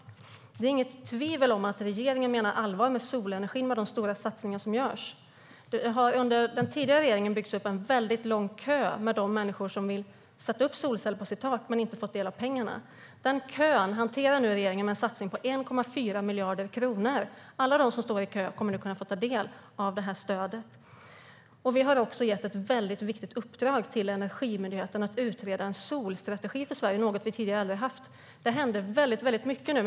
Det råder inget tvivel om att regeringen med de stora satsningar som görs menar allvar med solenergi. Under den tidigare regeringen har det byggts upp en lång kö med människor som vill sätta upp solceller på sitt tak men som inte har fått del av pengarna. Denna kö hanterar regeringen med en satsning på 1,4 miljarder kronor. Alla de som står i kö kommer att få ta del av stödet. Vi har också gett ett viktigt uppdrag till Energimyndigheten att utreda en solstrategi för Sverige - något vi aldrig tidigare har haft. Det händer mycket nu.